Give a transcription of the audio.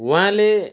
उहाँले